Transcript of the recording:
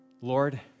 Lord